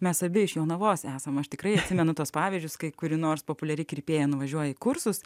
mes abi iš jonavos esam aš tikrai atsimenu tuos pavyzdžius kai kuri nors populiari kirpėja nuvažiuoji kursus